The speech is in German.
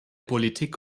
politik